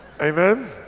Amen